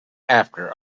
after